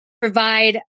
provide